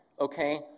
okay